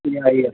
ꯌꯥꯏ ꯌꯥꯏ